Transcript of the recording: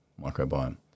microbiome